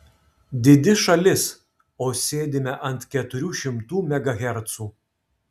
didi šalis o sėdime ant keturių šimtų megahercų